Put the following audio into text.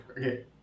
okay